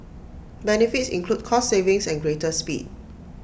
benefits include cost savings and greater speed